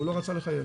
הוא לא רצה לחייב,